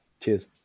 cheers